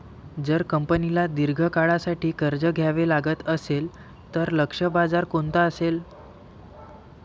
जर कंपनीला दीर्घ काळासाठी कर्ज घ्यावे लागत असेल, तर लक्ष्य बाजार कोणता असेल?